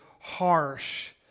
harsh